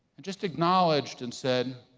and just acknowledged and said,